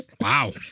Wow